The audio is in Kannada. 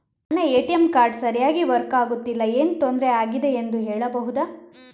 ನನ್ನ ಎ.ಟಿ.ಎಂ ಕಾರ್ಡ್ ಸರಿಯಾಗಿ ವರ್ಕ್ ಆಗುತ್ತಿಲ್ಲ, ಏನು ತೊಂದ್ರೆ ಆಗಿದೆಯೆಂದು ಹೇಳ್ಬಹುದಾ?